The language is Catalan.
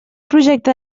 projecte